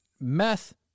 meth